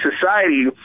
society